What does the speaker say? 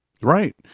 right